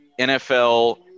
NFL